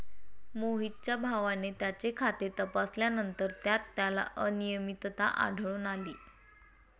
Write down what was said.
मोहितच्या भावाने त्याचे खाते तपासल्यानंतर त्यात त्याला अनियमितता आढळून आली